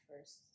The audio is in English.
first